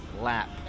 lap